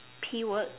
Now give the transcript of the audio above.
keyword